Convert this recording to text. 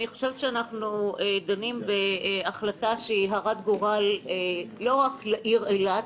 אנחנו דנים בהחלטה שהיא הרת גורל לא רק לעיר אילת,